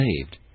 saved